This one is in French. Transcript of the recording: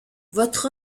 votre